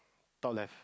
top left